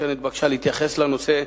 אשר נתבקשה להתייחס לנושא,